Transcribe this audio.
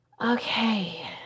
Okay